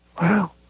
Wow